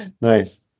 Nice